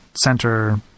center